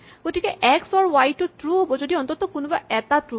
গতিকে X or Y টো true হ'ব যদি অন্তত কোনোবা এটা ট্ৰো হয়